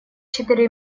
четыре